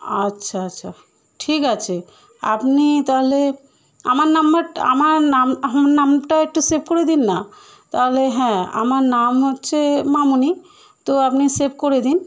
আচ্ছা আচ্ছা ঠিক আছে আপনি তাহলে আমার নাম্বারটা আমার নাম আমার নামটা একটু সেভ করে দিন না তাহলে হ্যাঁ আমার নাম হচ্ছে মামনি তো আপনি সেভ করে দিন